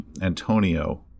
Antonio